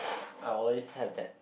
I always had that